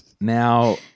now